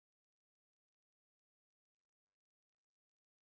so in your character what you do you advise to a student